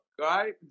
right